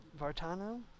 Vartano